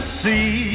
see